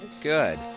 good